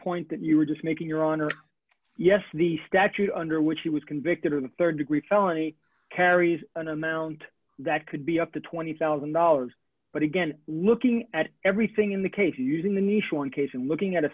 point that you were just making your honor yes the statute under which he was convicted of rd degree felony carries an amount that could be up to twenty thousand dollars but again looking at everything in the case using the nice one case and looking at a